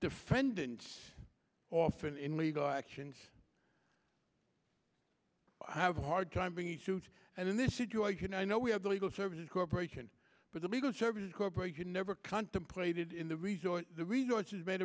defendant often in legal actions have a hard time bringing suit and in this situation i know we have the legal services corporation but the legal services corporation never contemplated in the resort the resources made